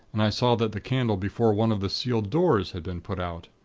and i saw that the candle before one of the sealed doors had been put out.